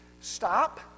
stop